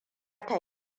ta